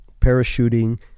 parachuting